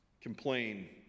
complain